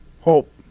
Hope